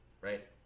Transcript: right